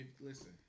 Listen